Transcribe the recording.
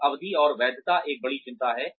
और अवधि और वैधता एक बड़ी चिंता है